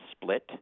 split